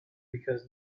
because